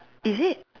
is it